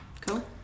Cool